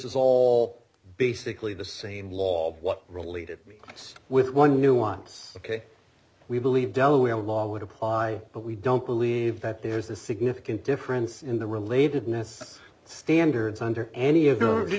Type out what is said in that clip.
is all basically the same law what really did me with one nuance k we believe delaware law would apply but we don't believe that there's a significant difference in the relatedness standards under any of them did